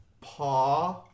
paw